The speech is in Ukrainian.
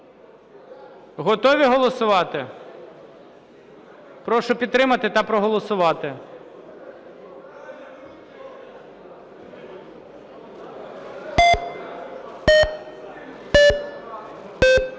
Готові голосувати? Прошу підтримати та проголосувати.